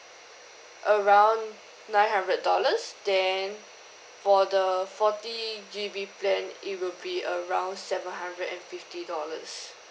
around nine hundred dollars then for the forty G_B plan it will be around seven hundred and fifty dollars